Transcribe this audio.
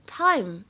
time